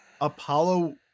Apollo